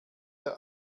der